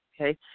okay